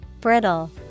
Brittle